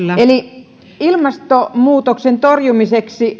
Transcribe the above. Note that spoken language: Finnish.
eli ilmastomuutoksen torjumiseksi